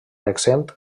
exempt